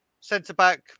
centre-back